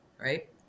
right